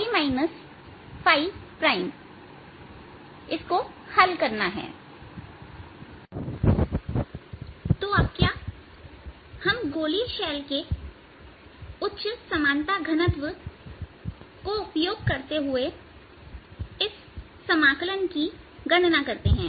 तो हम गोलीय शेल के उच्च समानता घनत्व को उपयोग करते हुए इस समाकलन की गणना करते हैं